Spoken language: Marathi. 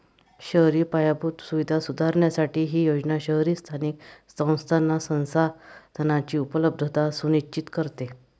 शहरी पायाभूत सुविधा सुधारण्यासाठी ही योजना शहरी स्थानिक संस्थांना संसाधनांची उपलब्धता सुनिश्चित करते